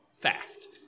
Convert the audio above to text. fast